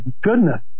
goodness